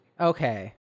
Okay